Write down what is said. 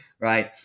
right